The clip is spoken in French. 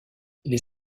les